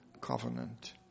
covenant